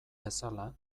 bezala